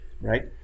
right